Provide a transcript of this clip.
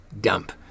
dump